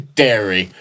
dairy